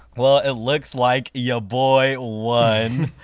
well, it looks like ya boy won